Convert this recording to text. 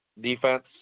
defense